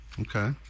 Okay